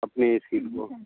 अपने ये स्किल को